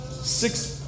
six